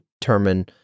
determine